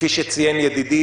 כפי שציין ידידי,